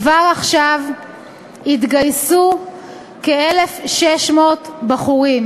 כבר עכשיו התגייסו כ-1,600 בחורים.